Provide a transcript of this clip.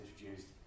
introduced